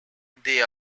they